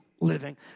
living